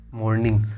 morning